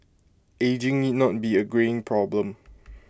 ageing need not be A greying problem